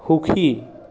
সুখী